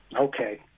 Okay